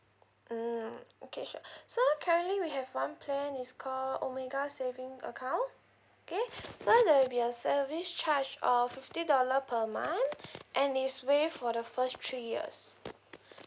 mm okay sure so currently we have one plan it's called omega saving account okay so there will be a service charge of fifty dollar per month and it's waived for the first three years